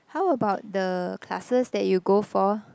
how about the classes that you go for